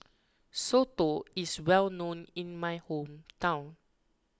Soto is well known in my hometown